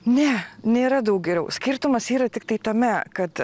ne nėra daug geriau skirtumas yra tiktai tame kad